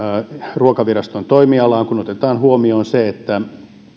ruokaviraston toimialaan kun otetaan huomioon se että